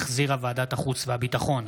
שהחזירה ועדת החוץ והביטחון,